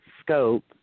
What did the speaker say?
scope